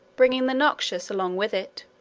bringing the noxious along with it,